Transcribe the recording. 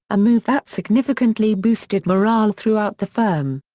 a move that significantly boosted morale throughout the firm.